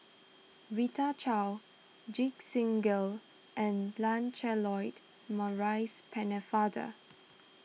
Rita Chao Ajit Singh Gill and Lancelot Maurice Pennefather